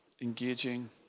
engaging